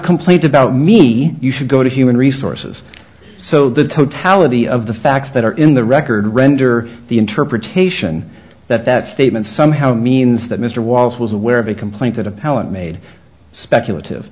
complaint about me you should go to human resources so the totality of the facts that are in the record render the interpretation that that statement somehow means that mr wallace was aware of a complaint that appellant made speculative